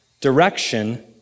direction